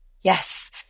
Yes